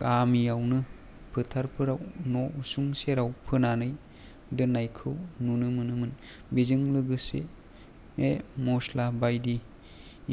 गामिआवनो फोथारफोराव नसुं सेराव फोनानै दोननायखौ नुनो मोनोमोन बेजों लोगोसे मस्ला बायदि